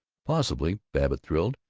possibly, babbitt thrilled,